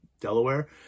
Delaware